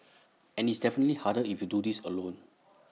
and it's infinitely harder if you do this alone